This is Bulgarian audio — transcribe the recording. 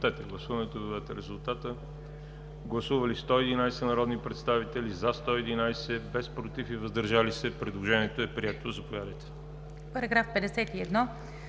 Параграф 71